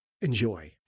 Enjoy